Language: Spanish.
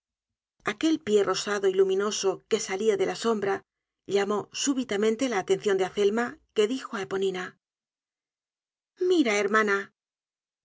aquel pie rosado y luminoso que salia de la sombra llamó súbitamente la atencion de azelma que dijo á eponina mira hermana